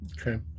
Okay